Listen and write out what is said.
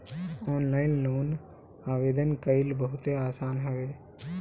online loan आवेदन कईल बहुते आसान हवे